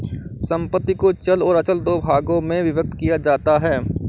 संपत्ति को चल और अचल दो भागों में विभक्त किया जाता है